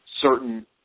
certain